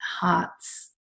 heart's